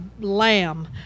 lamb